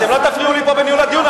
אתם לא תפריעו לי פה בניהול הדיון.